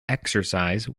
exercise